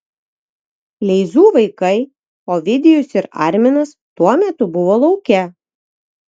kleizų vaikai ovidijus ir arminas tuo metu buvo lauke